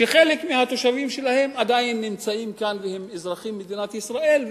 וחלק מהתושבים שלהם עדיין נמצאים כאן והם אזרחי מדינת ישראל,